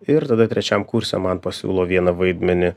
ir tada trečiam kurse man pasiūlo vieną vaidmenį